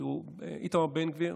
תראו, איתמר בן גביר